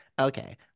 Okay